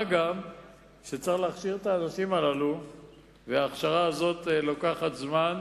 מה גם שצריך להכשיר את האנשים הללו וההכשרה הזאת לוקחת זמן.